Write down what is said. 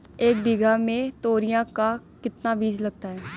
एक बीघा में तोरियां का कितना बीज लगता है?